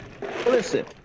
listen